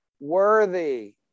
worthy